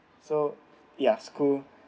so ya school